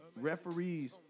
referees